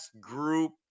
Group